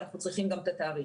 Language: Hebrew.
ואנחנו צריכים גם את התאריך.